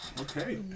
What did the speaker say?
Okay